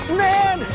man